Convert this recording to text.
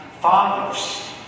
fathers